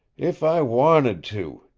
if i wanted to,